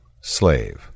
Slave